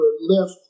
lift